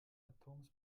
atoms